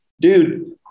Dude